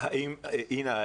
אינה,